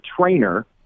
trainer